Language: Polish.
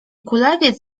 kulawiec